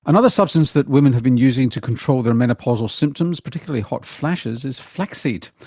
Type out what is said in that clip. another substance that women have been using to control their menopausal symptoms, particularly hot flashes, is flaxseed.